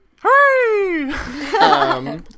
Hooray